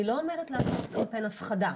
אני לא אומרת לעשות קמפיין הפחדה,